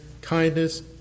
kindness